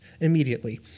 immediately